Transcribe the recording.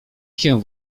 się